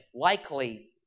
likely